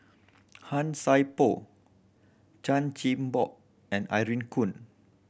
Han Sai Por Chan Chin Bock and Irene Khong